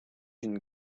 une